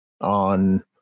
On